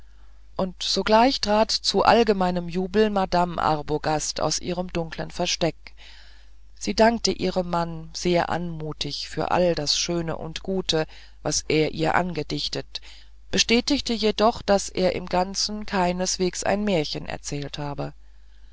und sogleich trat zu allgemeinem jubel madam arbogast aus ihrem dunkeln versteck sie dankte ihrem manne sehr anmutig für alle das schöne und gute das er ihr angedichtet bestätigte jedoch daß er im ganzen keineswegs ein märchen erzählt habe